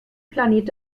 planet